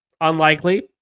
Unlikely